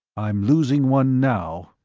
i'm losing one now,